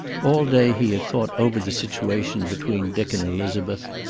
all day he had thought over the situation between dick and elizabeth,